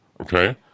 okay